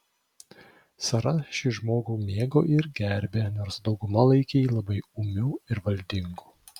sara šį žmogų mėgo ir gerbė nors dauguma laikė jį labai ūmiu ir valdingu